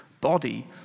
body